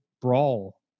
brawl